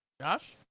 Josh